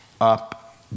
up